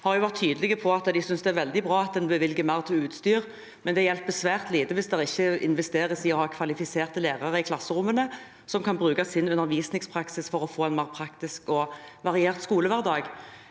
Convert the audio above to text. har vært tydelig på at de synes det er veldig bra at en bevilger mer til utstyr, men det hjelper svært lite hvis det ikke investeres i å ha kvalifiserte lærere i klasserommene som kan bruke sin undervisningspraksis for å få en mer praktisk og variert skolehverdag.